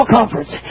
conference